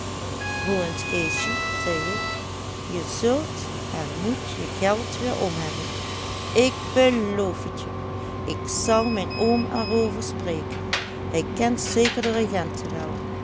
eens keesje zei ik je zult en moet je geld weerom hebben ik beloof het je ik zal mijn oom er over spreken hij kent zeker de